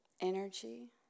energy